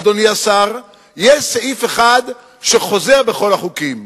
אדוני השר, יש סעיף אחד שחוזר בכל החוקים,